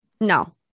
No